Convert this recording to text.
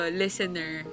listener